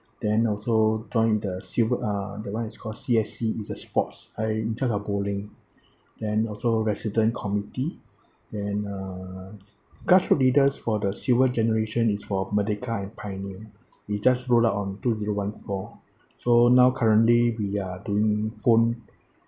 then also joined the silver uh that one is called C_S_C is a sports I in charge of bowling then also resident committee the uh grassroot leaders for the silver generation is for merdeka and pioneer we just roll out on two zero one four so now currently we are doing own